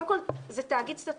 קודם כל זה תאגיד סטטוטורי,